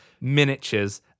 miniatures